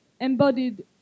embodied